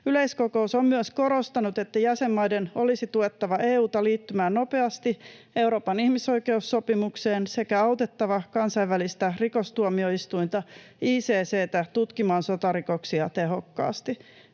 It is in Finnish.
Yleiskokous on myös korostanut, että jäsenmaiden olisi tuettava EU:ta liittymään nopeasti Euroopan ihmisoikeussopimukseen sekä autettava kansainvälistä rikostuomioistuinta, ICC:tä, tutkimaan sotarikoksia tehokkaasti.